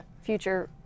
Future